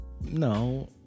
No